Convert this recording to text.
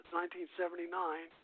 1979